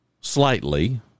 slightly